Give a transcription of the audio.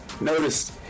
Notice